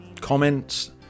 comments